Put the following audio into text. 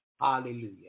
Hallelujah